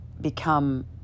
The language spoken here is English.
become